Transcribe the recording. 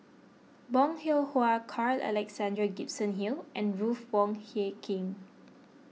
Bong Hiong Hwa Carl Alexander Gibson Hill and Ruth Wong Hie King